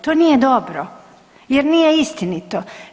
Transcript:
To nije dobro jer nije istinito.